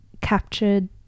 captured